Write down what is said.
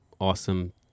awesome